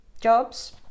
jobs